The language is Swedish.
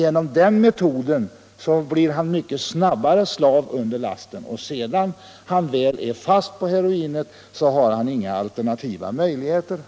Genom den metoden blir han mycket snabbare slav under lasten, och sedan han väl en gång blivit fast för heroinet har han inga alternativa möjligheter.